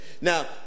Now